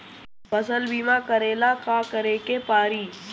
फसल बिमा करेला का करेके पारी?